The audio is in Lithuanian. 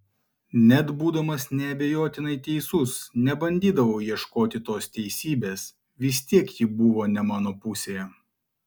net būdamas neabejotinai teisus nebandydavau ieškoti tos teisybės vis tiek ji buvo ne mano pusėje